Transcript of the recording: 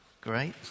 Great